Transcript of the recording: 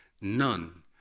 none